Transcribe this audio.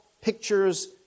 pictures